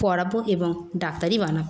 পড়াবো এবং ডাক্তারই বানাবো